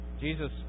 Jesus